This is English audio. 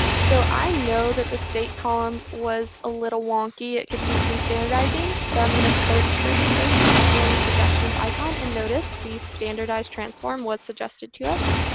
so i know that the state column was a little wonky. it could use some standardizing. so i'm going to search for state up here in the suggestions icon. and notice the standardized transform was suggested to us.